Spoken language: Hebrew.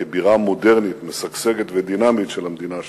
כבירה מודרנית משגשגת ודינמית של המדינה שלנו.